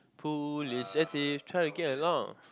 police and thief try to get along